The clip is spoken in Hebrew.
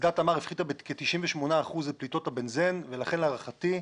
אסדת תמר הפחיתה בכ-98 אחוזים את פליטות הבנזן ולכן להערכתי,